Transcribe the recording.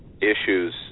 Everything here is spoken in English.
Issues